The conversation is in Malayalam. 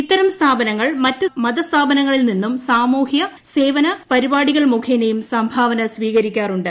ഇത്തരം സ്ഥാപനങ്ങൾ മറ്റ് മതസ്ഥാപനങ്ങളിൽ നിന്നും സാമൂഹൃ സേവന പരിപാടികൾ മുഖേനയും സംഭാവന സ്വീകരിക്കാറുണ്ട്